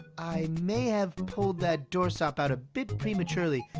i may have pulled that doorstop out a bit prematurely.